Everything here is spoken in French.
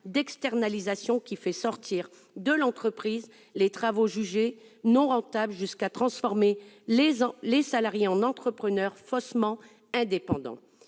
d'externalisation, qui fait sortir de l'entreprise les travaux jugés non rentables jusqu'à transformer les salariés en entrepreneurs faussement indépendants.